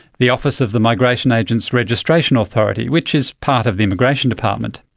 the office of the migration agents registration authority, which is part of the immigration department.